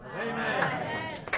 Amen